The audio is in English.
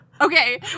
okay